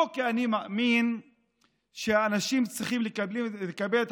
לא כי אני מאמין שאנשים צריכים לקבל את